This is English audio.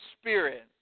spirit